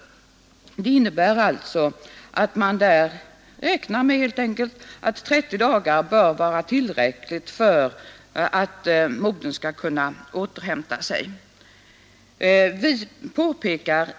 Det innebär alltså att man helt enkelt räknar vid havandeskap med att 30 dagar bör vara tillräckligt för att modern skall kunna sjukhus, inte skulle tillgodose moderns behov av vila och återhämtning återhämta sig.